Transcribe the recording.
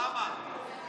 כמה?